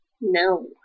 No